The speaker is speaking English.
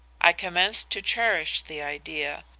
i commenced to cherish the idea.